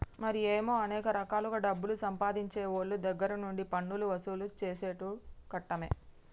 మరి ఏమో అనేక రకాలుగా డబ్బులు సంపాదించేవోళ్ళ దగ్గర నుండి పన్నులు వసూలు సేసుడు కట్టమే